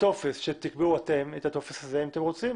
בטופס שתקבעו אתם את הטופס הזה אם אתם רוצים,